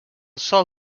sol